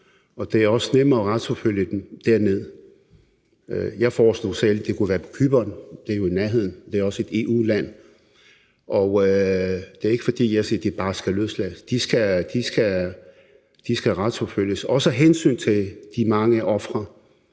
og det er også nemmere at retsforfølge dem dernede. Jeg foreslog selv, at det kunne være på Cypern, for det er jo i nærheden, og det er også et EU-land. Det er ikke, fordi jeg siger, at de bare skal løslades. De skal retsforfølges – også af hensyn til de mange ofre,